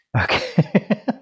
Okay